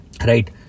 Right